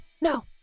No